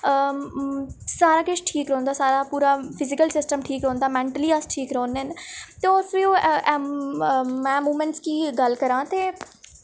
सारा किश ठीक रौंह्दा सारा पूरा फिजिकल सिस्टम ठीक रौंह्दा मैन्टली अस ठीक रौह्न्ने न ते ओह् फ्ही ओह् में मोमेंट्स दी गल्ल करां ते